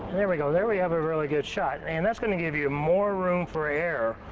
there we go. there we have a really good shot, and that's going to give you more room for error,